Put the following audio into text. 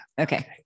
Okay